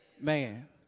man